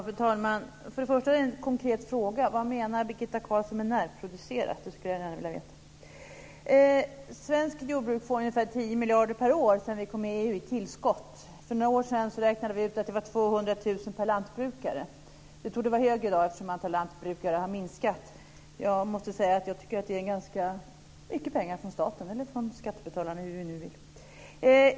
Fru talman! Först har jag en konkret fråga. Jag skulle gärna vilja veta vad Birgitta Carlsson menar med "närproducerat". Svenskt jordbruk får ungefär 10 miljarder per år i tillskott sedan Sverige kom med i EU. För några år sedan räknade vi ut att det motsvarade 200 000 kr per lantbrukare. Det torde i dag vara ett högre belopp, eftersom antalet lantbrukare har minskat. Jag måste säga att jag tycker att det är ganska mycket pengar från staten eller från skattebetalarna över huvud taget.